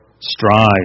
strive